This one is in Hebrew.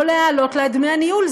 לא להעלות לה את דמי הניהול.